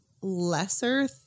lesser